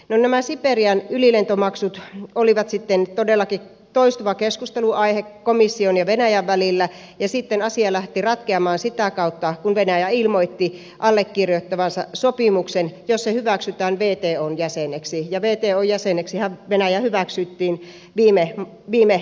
no nämä siperian ylilentomaksut olivat sitten todellakin toistuva keskustelunaihe komission ja venäjän välillä ja sitten asia lähti ratkeamaan sitä kautta että venäjä ilmoitti allekirjoittavansa sopimuksen jos se hyväksytään wton jäseneksi ja wton jäseneksihän venäjä hyväksyttiin viime joulukuussa